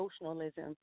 emotionalism